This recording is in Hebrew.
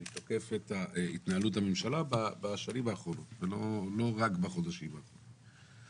אני תוקף את הממשלה בשנים האחרונות ולא רק בחודשים האחרונים.